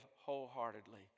wholeheartedly